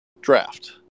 draft